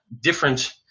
different